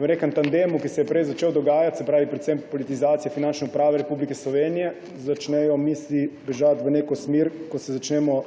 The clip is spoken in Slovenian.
v nekem tandemu, ki se je prej začel dogajati, se pravi predvsem politizacija Finančne uprave Republike Slovenije, začnejo misli bežati v neko smer, ko se začnemo